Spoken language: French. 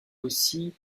aussi